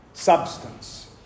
Substance